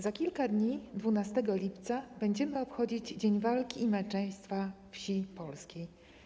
Za kilka dni, 12 lipca, będziemy obchodzić Dzień Walki i Męczeństwa Wsi Polskiej.